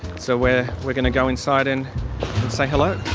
so we're we're going to go inside and say hello.